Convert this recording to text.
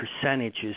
percentages